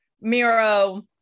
Miro